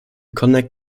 connect